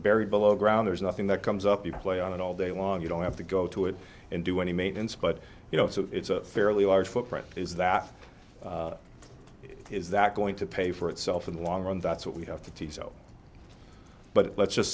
berry below ground there's nothing that comes up you can play on it all day long you don't have to go to it and do any maintenance but you know so it's a fairly large footprint is that is that going to pay for itself in the long run that's what we have to tease out but let's just